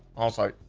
also,